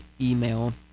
email